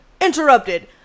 interrupted